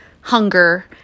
hunger